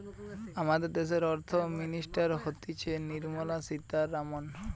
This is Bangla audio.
আমাদের দ্যাশের অর্থ মিনিস্টার হতিছে নির্মলা সীতারামন